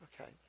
Okay